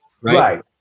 Right